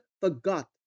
forgot